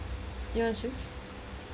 you wanna choose